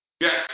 Yes